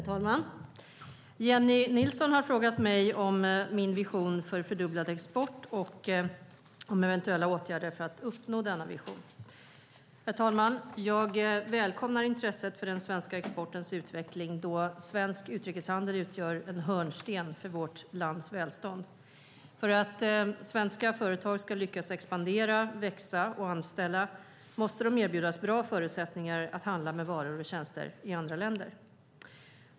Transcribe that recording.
Herr talman! Jennie Nilsson har frågat mig om min vision för fördubblad export och om eventuella åtgärder för att uppnå denna vision. Jag välkomnar intresset för den svenska exportens utveckling, eftersom svensk utrikeshandel utgör en hörnsten för vårt lands välstånd. För att svenska företag ska lyckas expandera, växa och anställa måste de erbjudas bra förutsättningar att handla med varor och tjänster i andra länder.